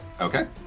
Okay